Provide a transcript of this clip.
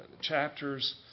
chapters